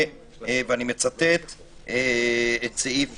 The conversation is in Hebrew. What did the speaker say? ואני מצטט את סעיף